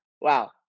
wow